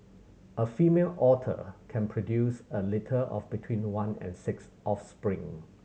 a female otter can produce a litter of between one and six offspring